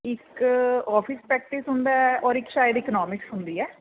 ਇਕ ਔਫਿਸ ਹੁੰਦਾ ਔਰ ਇੱਕ ਸ਼ਾਇਦ ਇਕਨੋਮਿਕਸ ਹੁੰਦੀ ਆ